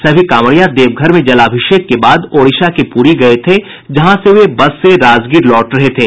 सभी कांवरिया देवघर में जलाभिषेक के बाद ओडिशा के पूरी गये थे जहां से वे बसे से राजगीर लौट रहे थे